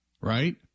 Right